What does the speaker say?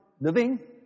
living